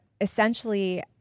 essentially